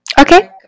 Okay